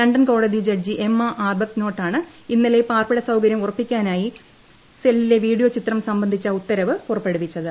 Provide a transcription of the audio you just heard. London കോടതി judge Emma ആർബത്നോട്ടാണ് ഇന്നലെ പാർപ്പിട സൌകര്യം ഉറപ്പാക്കാനായി സെല്ലിന്റെ വീഡിയോ ചിത്രം സംബന്ധിച്ച ഉത്തരവ് പുറപ്പെടുവിച്ചത്